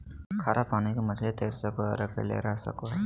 खारा पानी के मछली तैर सको हइ और अकेले रह सको हइ